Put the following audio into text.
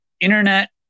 internet